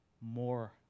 more